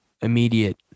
Immediate